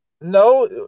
No